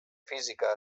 física